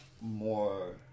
more